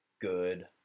good